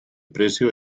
precio